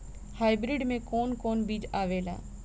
Hybrid में कोवन कोवन बीज आवेला?